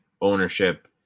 ownership